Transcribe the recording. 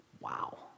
Wow